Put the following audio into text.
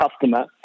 customer